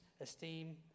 esteem